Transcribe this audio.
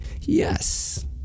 Yes